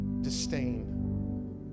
disdain